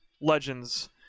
legends